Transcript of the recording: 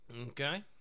Okay